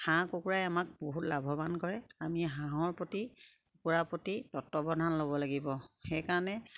হাঁহ কুকুৰাই আমাক বহুত লাভৱান কৰে আমি হাঁহৰ প্ৰতি কুকুৰাৰ প্ৰতি তত্ত্বাৱধান ল'ব লাগিব সেইকাৰণে